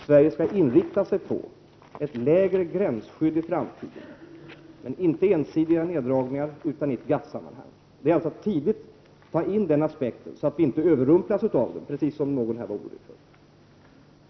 Sverige skall inrikta sig på ett lägre gränsskydd i framtiden, men inte genom ensidiga neddragningar utan i GATT-sammanhang. Det gäller alltså att tidigt ta med denna aspekt för att vi inte skall överrumplas av detta. 2.